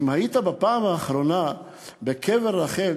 אם היית לאחרונה בקבר רחל,